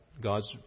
God's